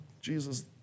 Jesus